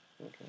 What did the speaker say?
Okay